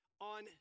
on